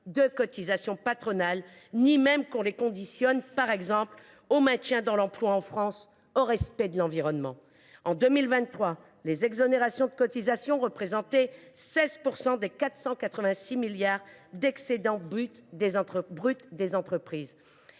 de cotisations patronales, ou même qu’on les conditionne, par exemple, au maintien dans l’emploi en France ou au respect de l’environnement. En 2023, les exonérations de cotisations représentaient 16 % des 486 milliards d’euros d’excédents bruts des entreprises.